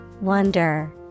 Wonder